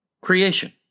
creation